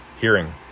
hearing